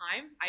time